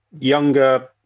younger